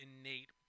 innate